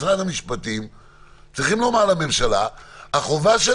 בשל מספר היבטים: ראשית, בשל